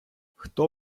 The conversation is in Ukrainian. хто